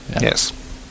Yes